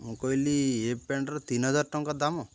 ମୁଁ କହିଲି ଏ ପ୍ୟାଣ୍ଟ୍ର ତିନି ହଜାର ଟଙ୍କା ଦାମ